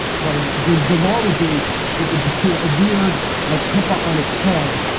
so the the law would be it would be a weird like hipa on its head,